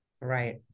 Right